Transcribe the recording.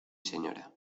señora